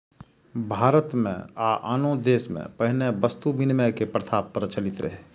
भारत मे आ आनो देश मे पहिने वस्तु विनिमय के प्रथा प्रचलित रहै